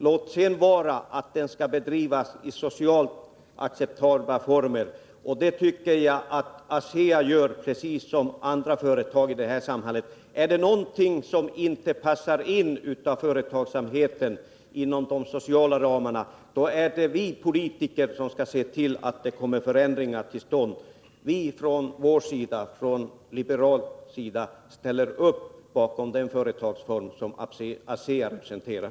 Låt sedan vara att man skall bedriva denii socialt acceptabla former — och det tycker jag att ASEA gör, precis som andra företag i det här samhället. Är det någonting i företagsamheten som inte passar inom de sociala ramarna, då är det vi politiker som skall se till att det kommer förändringar till stånd. Vi från liberal sida ställer alltså upp bakom den företagsform som ASEA representerar.